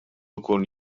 ikun